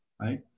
right